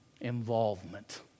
involvement